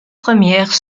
premières